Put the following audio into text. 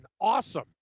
awesome